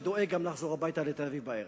ודואג גם לחזור הביתה לתל-אביב בערב.